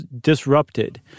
disrupted